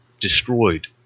destroyed